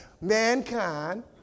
Mankind